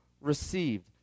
received